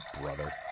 brother